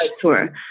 tour